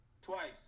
Twice